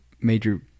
major